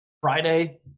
Friday